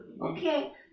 Okay